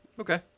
Okay